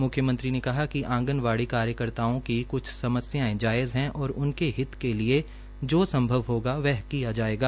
मुख्यमंत्री ने कहा कि आंगनबाड़ी कार्यकर्ताओं की कुछ समस्याएं जायज है और उनके हित के लिए संभव होगा वह किया जाएगा